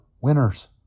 winners